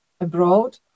abroad